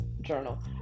journal